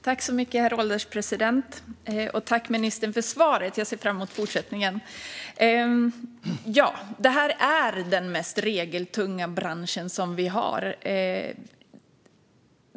Herr ålderspresident! Tack, ministern, för svaret! Jag ser fram emot fortsättningen. Det här är den mest regeltunga bransch vi har.